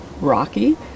rocky